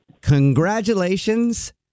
Congratulations